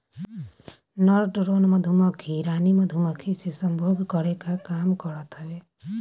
नर ड्रोन मधुमक्खी रानी मधुमक्खी से सम्भोग करे कअ काम करत हवे